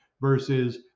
versus